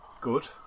good